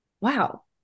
wow